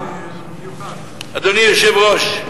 אדוני היושב-ראש,